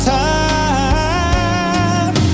time